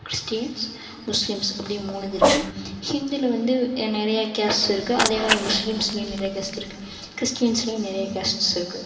Christians Muslims அப்படின்னு மூணு இது இருக்கு ஹிந்துவில வந்து நிறையா காஸ்ட் இருக்கு அதே மாதிரி முஸ்லீம்ஸ்லையும் நிறையா காஸ்ட் இருக்கு கிறிஸ்டீன்ஸ்லியும் நிறைய கேஸ்ட்ஸ் இருக்கு